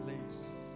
please